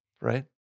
right